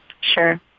sure